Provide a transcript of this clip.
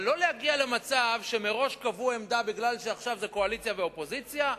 אבל לא להגיע למצב שמראש קבעו עמדה כי עכשיו זה קואליציה ואופוזיציה,